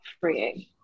freeing